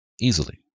easily